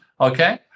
okay